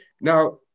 Now